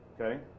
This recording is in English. okay